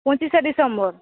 পঁচিশে ডিসেম্বর